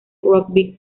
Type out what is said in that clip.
rugby